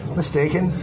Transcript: mistaken